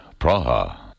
Praha